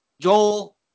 Joel